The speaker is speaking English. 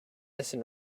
listen